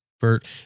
Bert